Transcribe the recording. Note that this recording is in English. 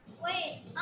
Wait